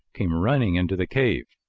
came running into the cave.